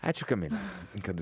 ačiū kamile kad